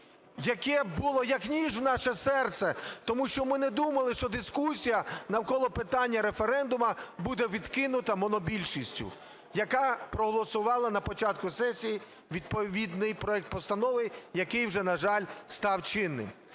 яке було як ніж в наше серце, тому що ми не думали, що дискусія навколо питання референдуму буде відкинута монобільшістю, яка проголосувала на початку сесії відповідний проект постанови, який вже, на жаль, став чинним.